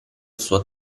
suo